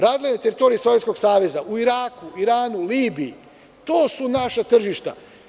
Radila je na teritoriji Sovjetskog saveza, u Iraku, Iranu, Libiji, to su naša tržišta.